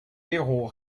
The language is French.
héros